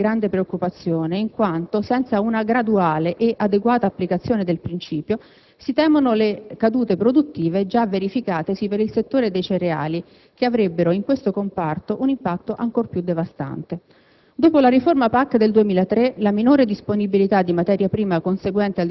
Il comparto del pomodoro da industria manifesta giustamente grande preoccupazione in quanto, senza una graduale ed adeguata applicazione del principio, si temono le cadute produttive già verificatesi per il settore dei cereali che avrebbero, in questo comparto, un impatto ancor più devastante.